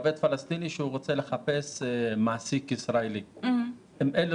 עובד פלסטיני שרוצה לחפש מעסיק ישראלי: אם אין לו